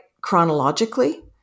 chronologically